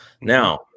Now